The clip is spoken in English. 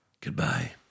Goodbye